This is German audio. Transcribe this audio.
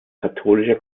katholischer